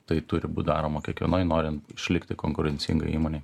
tai turi būt daroma kiekvienoj norint išlikti konkurencingai įmonei